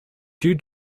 due